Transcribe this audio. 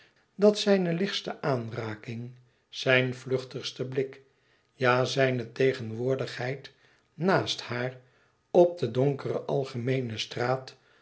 dat zijne lichtste aanraking zijn vluchtigste blik ja zijne tegenwoordigheid naast haar op de donkere algemeene straat